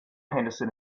henderson